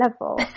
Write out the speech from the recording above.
level